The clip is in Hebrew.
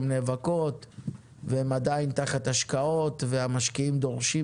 הן נאבקות והן עדיין תחת השקעות והמשקיעים דורשים